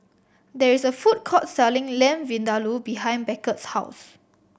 there is a food court selling Lamb Vindaloo behind Beckett's house